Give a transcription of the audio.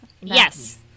yes